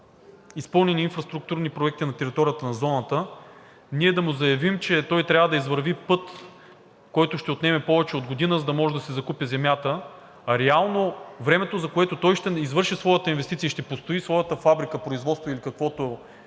изпълнени инфраструктурни проекти на територията на зоната, ние да му заявим, че той трябва да извърви път, който ще отнеме повече от година, за да може да си закупи земята, а реално времето, за което той ще извърши своята инвестиция и ще построи своята фабрика, производство или каквото